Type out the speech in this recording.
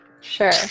Sure